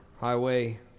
highway